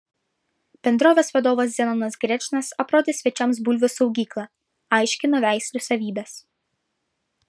bendrovės vadovas zenonas grečnas aprodė svečiams bulvių saugyklą aiškino veislių savybes